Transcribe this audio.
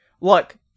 Look